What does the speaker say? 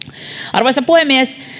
arvoisa puhemies